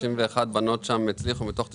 ש-91 בנות שם הצליחו מתוך 95,